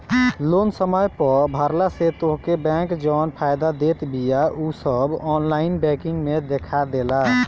loan समय पअ भरला से तोहके बैंक जवन फायदा देत बिया उ सब ऑनलाइन बैंकिंग में देखा देला